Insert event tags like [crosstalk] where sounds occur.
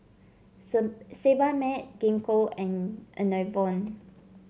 [unintelligible] Sebamed Gingko and Enervon